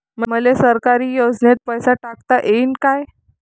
मले सरकारी योजतेन पैसा टाकता येईन काय?